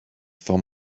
for